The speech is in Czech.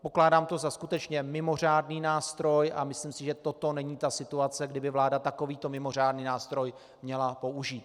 Pokládám to za skutečně mimořádný nástroj a myslím si, že toto není ta situace, kdy by vláda takový to mimořádný nástroj měla použít.